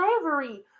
slavery